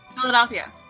Philadelphia